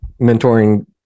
mentoring